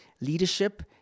leadership